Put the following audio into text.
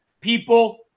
People